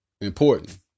important